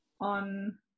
on